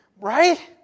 Right